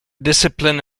discipline